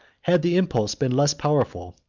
had the impulse been less powerful,